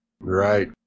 Right